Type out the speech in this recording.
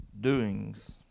doings